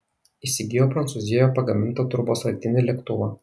įsigijo prancūzijoje pagamintą turbosraigtinį lėktuvą